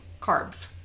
carbs